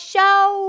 Show